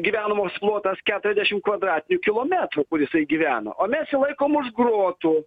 gyvenamas plotas keturiasdešim kvadratinių kilometrų kur jisai gyvena o mes jį laikom už grotų